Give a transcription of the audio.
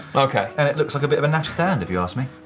ok. and it looks like a bit of a naff stand, if you ask me.